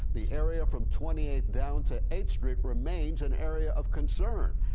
the area from twenty eighth down to eighth street remains an area of concern.